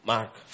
Mark